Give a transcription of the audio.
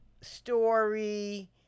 story